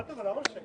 לייצר בין המדרגות